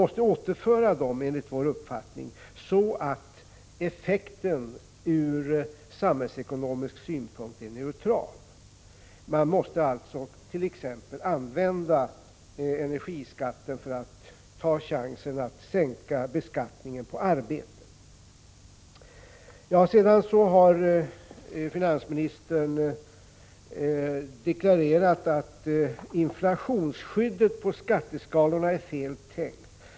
Medlen måste enligt vår uppfattning återföras, så att effekten ur samhällsekonomisk synvinkel blir neutral. Man måste alltså använda energiskatten för attt.ex. ta chansen att sänka skatten på arbete. Finansministern deklarerade att inflationsskyddet i skatteskalorna är feltänkt.